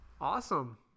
awesome